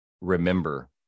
remember